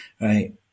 right